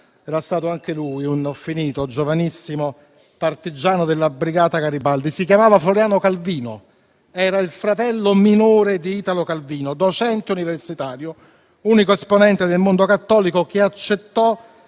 era stato anche lui un giovanissimo partigiano della Brigata Garibaldi. Si chiamava Floriano Calvino ed era il fratello minore di Italo Calvino, docente universitario, unico esponente del mondo cattolico che accettò